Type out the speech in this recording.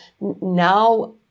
now